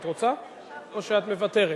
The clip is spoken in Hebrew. את רוצה או שאת מוותרת?